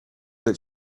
that